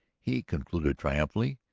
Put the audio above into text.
he concluded triumphantly.